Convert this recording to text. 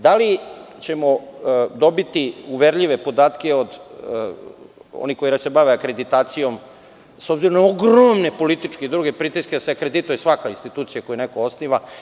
Da li ćemo dobiti uverljive podatke od onih koji se bave akreditacijom, s obzirom na ogromne političke i druge pritiske da se akredituje svaka institucija koju neko osniva?